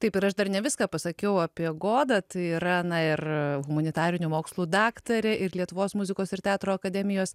taip ir aš dar ne viską pasakiau apie godą tai yra na ir humanitarinių mokslų daktarė ir lietuvos muzikos ir teatro akademijos